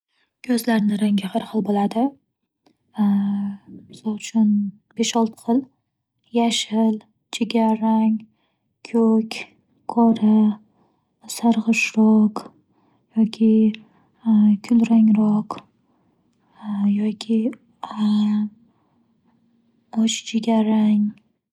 Ko'zlarni rangi har xil bo'ladi. Misol uchun, besh-olti xil: yashil, jigar rang, ko'k, qora, sarg'ishroq, yoki kul rangroq yoki och jigar rang.